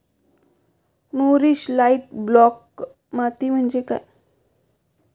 मूरिश light black माती म्हणजे काय?